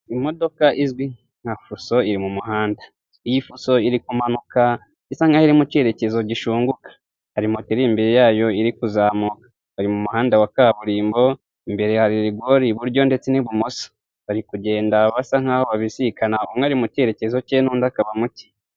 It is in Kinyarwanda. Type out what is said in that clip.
Imodoka izwi nka Fuso iri mu muhanda. Iyi Fuso iri kumanuka isa n'aho iri mu kerekezo gishunguka, hari moto iri imbere yayo iri kuzamuka, bari mu muhanda wa kaburimbo, imbere ya rigori iburyo ndetse n'ibumoso, bari kugenda basa nk'aho babisikana, umwe ari mu kerekezo ke n'undi akaba mu ke.